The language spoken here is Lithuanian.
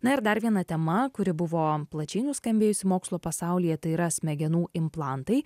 na ir dar viena tema kuri buvo plačiai nuskambėjusi mokslo pasaulyje tai yra smegenų implantai